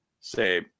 say